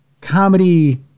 comedy